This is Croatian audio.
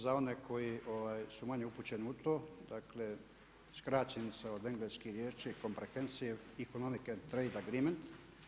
Za one koji su manje upućeni u to, dakle skraćenica od engleske riječi comprehensive economic trade agreement.